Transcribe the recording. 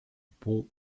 pont